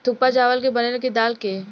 थुक्पा चावल के बनेला की दाल के?